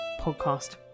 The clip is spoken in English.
podcast